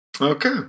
Okay